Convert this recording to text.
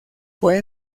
fue